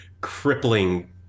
crippling